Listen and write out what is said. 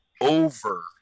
Over